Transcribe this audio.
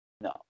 No